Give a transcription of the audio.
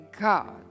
God